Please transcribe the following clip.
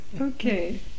Okay